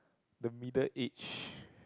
the middle age